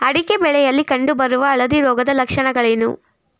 ಅಡಿಕೆ ಬೆಳೆಯಲ್ಲಿ ಕಂಡು ಬರುವ ಹಳದಿ ರೋಗದ ಲಕ್ಷಣಗಳೇನು?